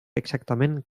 exactament